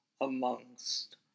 amongst